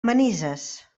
manises